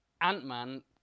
Ant-Man